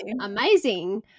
amazing